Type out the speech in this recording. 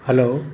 hello